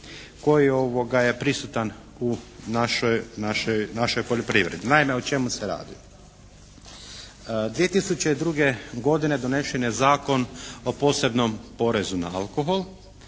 koji je prisutan u našoj poljoprivredi. Naime, o čemu se radi. 2002. godine donesen je Zakon o posebnom porezu na alkohol,